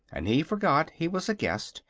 and he forgot he was a guest,